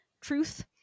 truth